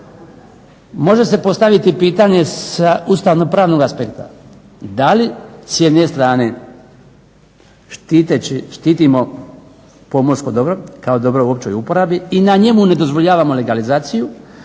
Može se postaviti pitanje sa ustavno-pravnog aspekta da li s jedne strane štitimo pomorsko dobro kao dobro u općoj uporabi i na njemu ne dozvoljavamo legalizaciju,